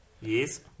Yes